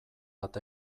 bat